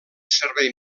servei